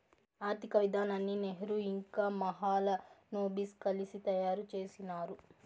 ఆర్థిక విధానాన్ని నెహ్రూ ఇంకా మహాలనోబిస్ కలిసి తయారు చేసినారు